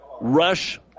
rush